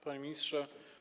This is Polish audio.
Panie Ministrze!